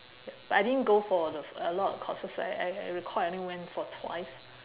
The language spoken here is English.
but I didn't go for the a lot of courses I I I recall I only went for twice